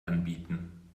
anbieten